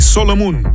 Solomon